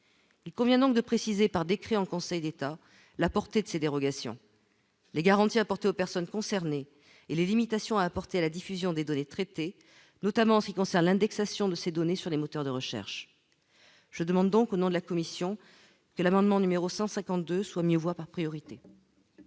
il convient donc de préciser par décret en Conseil d'État, la portée de ces dérogations, les garanties apportées aux personnes concernées et les limitations apportées à la diffusion des données traitées, notamment en ce qui concerne l'indexation de ces données sur les moteurs de recherche je demande donc au nom de la commission que l'amendement numéro 152 soit mis aux voix par priorité.